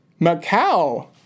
Macau